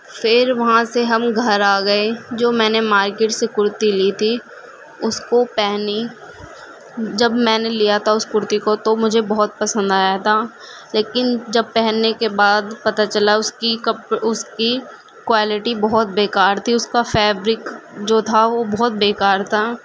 پھر وہاں سے ہم گھر آ گئے جو میں نے مارکیٹ سے کرتی لی تھی اس کو پہنی جب میں نے لیا تھا اس کرتی کو تو مجھے بہت پسند آیا تھا لیکن جب پہننے کے بعد پتا چلا اس کی کپ اس کی کوائلٹی بہت بےکار تھی اس کا فیبرک جو تھا وہ بہت بےکار تھا